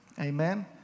Amen